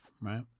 right